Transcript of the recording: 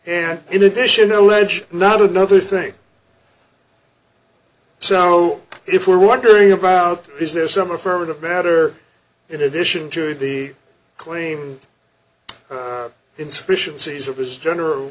and in addition alleged not another thing so if we're wondering about is there some affirmative matter in addition to the claim insufficiencies of his general